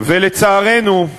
ולצערנו,